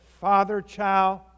father-child